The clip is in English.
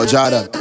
Jada